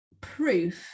Proof